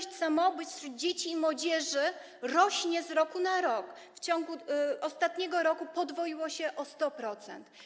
Liczba samobójstw wśród dzieci i młodzieży rośnie z roku na rok, w ciągu ostatniego roku podwoiła się o 100%.